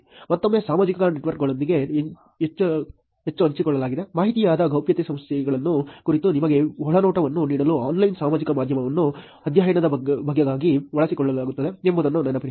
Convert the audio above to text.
ಮತ್ತೊಮ್ಮೆ ಸಾಮಾಜಿಕ ನೆಟ್ವರ್ಕ್ಗಳೊಂದಿಗೆ ಹಂಚಿಕೊಳ್ಳಲಾದ ಮಾಹಿತಿಯಾದ ಗೌಪ್ಯತೆ ಸಮಸ್ಯೆಗಳ ಕುರಿತು ನಿಮಗೆ ಒಳನೋಟವನ್ನು ನೀಡಲು ಆನ್ಲೈನ್ ಸಾಮಾಜಿಕ ಮಾಧ್ಯಮವನ್ನು ಅಧ್ಯಯನದ ಭಾಗವಾಗಿ ಬಳಸಿಕೊಳ್ಳುತ್ತಿದೆ ಎಂಬುದನ್ನು ನೆನಪಿಡಿ